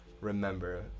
remember